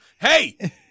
Hey